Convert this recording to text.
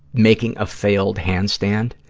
making a failed handstand.